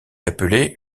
appelé